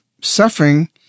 Suffering